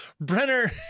Brenner